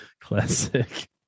Classic